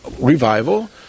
revival